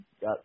got